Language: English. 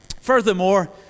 Furthermore